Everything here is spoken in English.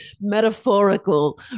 metaphorical